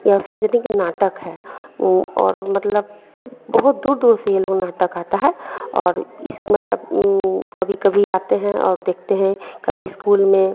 यह सार्वजनिक नाटक है वो और मतलब बहुत दूर दूर से यह लोग नाटक आता है और इस मतलब कभी कभी आते हैं और देखते हैं कभी इस्कूल में